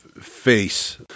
face